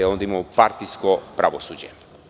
Ovde imamo partijsko pravosuđe.